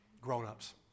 Grown-ups